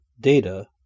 Data